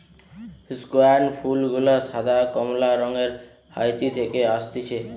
স্কেয়ান ফুল গুলা সাদা, কমলা রঙের হাইতি থেকে অসতিছে